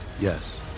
Yes